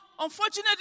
Unfortunately